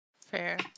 Fair